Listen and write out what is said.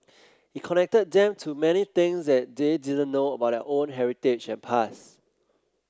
it connected them to many things that they didn't know about their own heritage and past